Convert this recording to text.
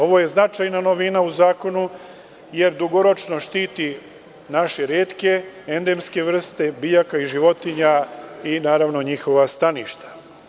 Ovo je značajna novina u zakonu jer dugoročno štiti naše retke endemske vrste biljaka i životinja i naravno njihova staništa.